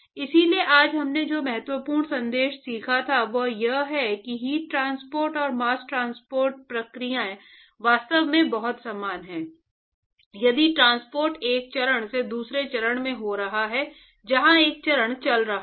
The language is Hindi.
इसलिए आज हमने जो महत्वपूर्ण संदेश सीखा है वह यह है कि हीट ट्रांसपोर्ट और मास्स ट्रांसपोर्ट प्रक्रियाएं वास्तव में बहुत समान हैं यदि ट्रांसपोर्ट एक चरण से दूसरे चरण में हो रहा है जहां एक चरण चल रहा है